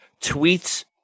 tweets